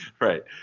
Right